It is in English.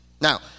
Now